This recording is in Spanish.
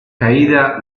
caída